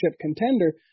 contender